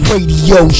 Radio